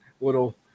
little